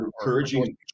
encouraging